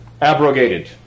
abrogated